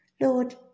Lord